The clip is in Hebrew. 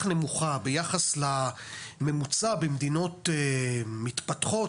נמוכה ביחס לממוצע במדינות מתפתחות,